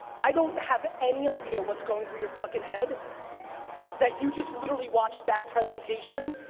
i don't have any idea what's going through your fucking head that you just literally watched that presentation